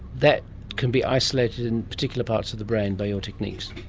that can be isolated in particular parts of the brain by your techniques.